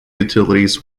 utilities